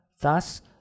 Thus